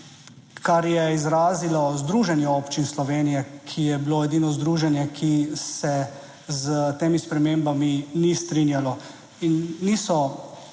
kar je izrazilo Združenje občin Slovenije, ki je bilo edino združenje, ki se s temi spremembami ni strinjalo in niso